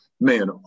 Man